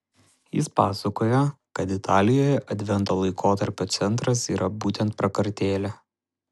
jis pasakoja kad italijoje advento laikotarpio centras yra būtent prakartėlė